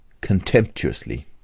Contemptuously